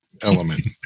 element